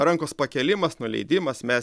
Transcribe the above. rankos pakėlimas nuleidimas mes